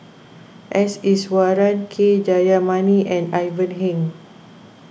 S Iswaran K Jayamani and Ivan Heng